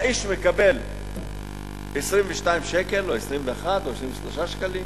האיש מקבל 22 שקלים או 21, או 23 שקלים,